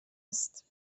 است